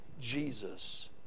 Jesus